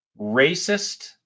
racist